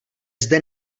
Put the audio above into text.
zde